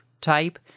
type